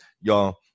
Y'all